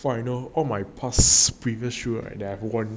all my all my past previous shoe right then I wore one